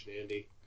andy